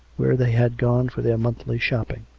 where they had gone for their monthly shopping.